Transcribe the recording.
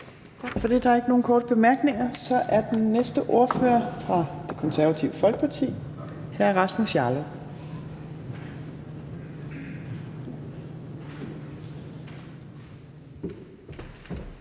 for det. Der er ikke nogen korte bemærkninger. Så er den næste ordfører fra Det Konservative Folkeparti. Hr. Rasmus Jarlov.